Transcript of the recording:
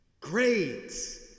Grades